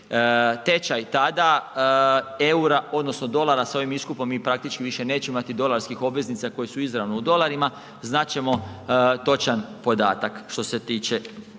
tečaj tada EUR-a odnosno dolara s ovim iskupom mi praktički više nećemo imati dolarskih obveznica koje su izravno u dolarima, znat ćemo točan podatak što je tiče